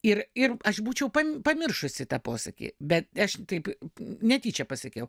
ir ir aš būčiau pamiršusi tą posakį bet aš taip netyčia pasakiau